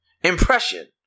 impression